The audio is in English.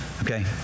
Okay